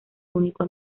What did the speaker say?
único